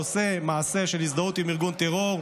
ואני מקריא: "העושה מעשה של הזדהות עם ארגון טרור,